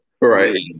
Right